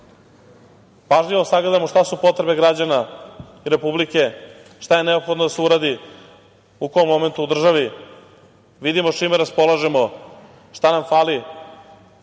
da sagledamo šta su potrebe građana Republike, šta je neophodno da se uradi u kom momentu u državi, vidimo s čime raspolažemo, šta nam fali,